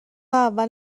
اول